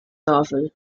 novel